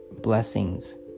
blessings